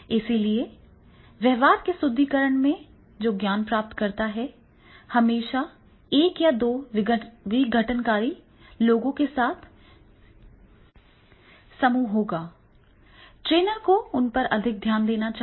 इसलिए व्यवहार के सुदृढीकरण में जो ज्ञान प्राप्त करता है हमेशा एक या दो विघटनकारी लोगों के साथ एक प्रशिक्षु समूह होगा ट्रेनर को उन पर अधिक ध्यान देना चाहिए